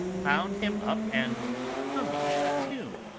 found him up and humming a tune.